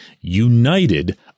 united